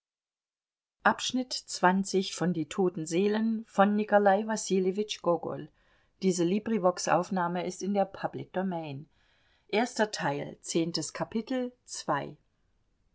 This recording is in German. die toten seelen